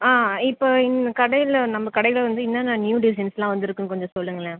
இப்போ இன் கடையில் நம்ம கடையில் வந்து என்னென்ன நியூ டிசைன்ஸ்லாம் வந்துருக்குன்னு கொஞ்சம் சொல்லுங்களேன்